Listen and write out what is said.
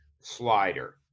slider